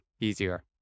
easier